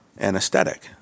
anesthetic